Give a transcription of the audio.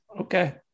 okay